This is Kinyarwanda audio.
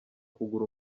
kugura